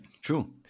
true